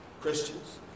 Christians